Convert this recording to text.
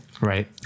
right